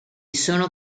sono